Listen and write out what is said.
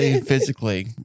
physically